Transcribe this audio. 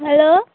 hello